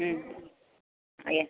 ହୁଁ ଆଜ୍ଞା